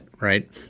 right